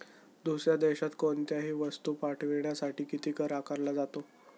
दुसऱ्या देशात कोणीतही वस्तू पाठविण्यासाठी किती कर आकारला जातो?